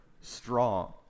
strong